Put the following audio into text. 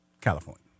California